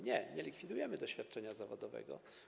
Nie, nie likwidujemy doświadczenia zawodowego.